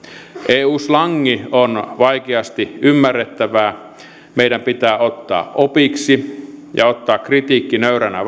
eu slangi on vaikeasti ymmärrettävää meidän pitää ottaa opiksi ja ottaa kritiikki nöyränä